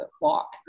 walk